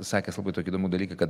sakęs labai tokį įdomų dalyką kad